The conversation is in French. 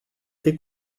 été